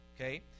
Okay